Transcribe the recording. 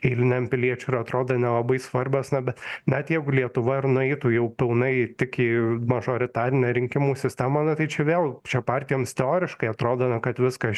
eiliniam piliečiui ir atrodo nelabai svarbios na bet net jeigu lietuva ir nueitų jau pilnai tik į mažoritarinę rinkimų sistemą na tai čia vėl čia partijoms teoriškai atrodo kad viskas